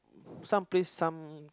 some place some